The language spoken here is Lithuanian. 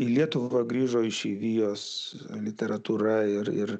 į lietuvą grįžo išeivijos literatūra ir ir